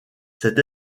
cette